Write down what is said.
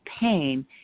pain